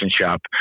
shop